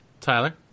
Tyler